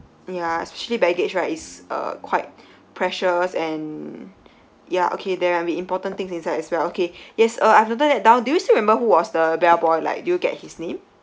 ya especially baggage right is uh quite precious and ya okay there might be important things inside as well okay yes uh I've noted that down do you still remember who was the bellboy like did you get his name